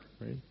right